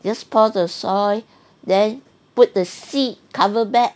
just pour the soil then put the seed cover back